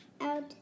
out